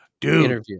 interview